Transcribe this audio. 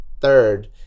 third